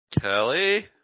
Kelly